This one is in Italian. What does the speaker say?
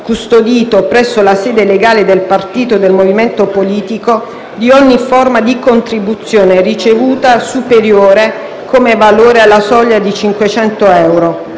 custodito presso la sede legale del partito o del movimento politico, di ogni forma di contribuzione ricevuta superiore, come valore, alla soglia dei 500 euro.